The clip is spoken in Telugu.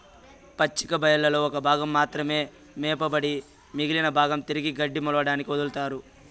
పచ్చిక బయళ్లలో ఒక భాగం మాత్రమే మేపబడి మిగిలిన భాగం తిరిగి గడ్డి మొలవడానికి వదులుతారు